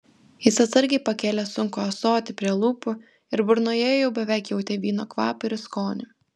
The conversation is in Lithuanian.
jis atsargiai pakėlė sunkų ąsotį prie lūpų ir burnoje jau beveik jautė vyno kvapą ir skonį